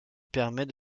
permet